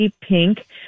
pink